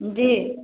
जी